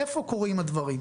איפה קורים הדברים?